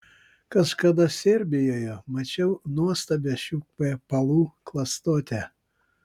kažkada serbijoje mačiau nuostabią šių kvepalų klastotę